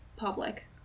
public